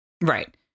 right